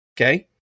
Okay